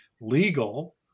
legal